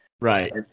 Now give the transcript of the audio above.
Right